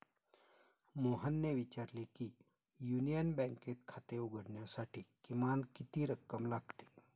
मोहनने विचारले की युनियन बँकेत खाते उघडण्यासाठी किमान किती रक्कम लागते?